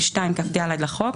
342כד לחוק,